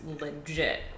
legit